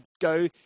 go